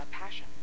passion